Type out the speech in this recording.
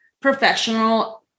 professional